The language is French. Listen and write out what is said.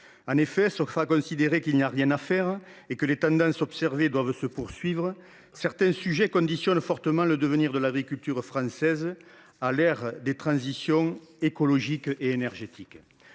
En effet, sauf à considérer qu’il n’y a rien à faire et que les tendances observées doivent se poursuivre, certains sujets conditionnent fortement le devenir de l’agriculture française à l’ère des transitions écologique et énergétique.